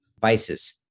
vices